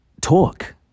talk